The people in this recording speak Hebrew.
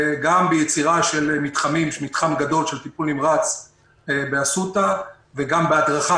גם ביצירה של מתחם גדול של טיפול נמרץ באסותא וגם בהדרכה